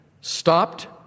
stopped